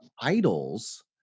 idols